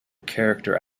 character